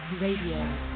Radio